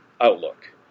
outlook